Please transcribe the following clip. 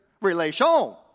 Relation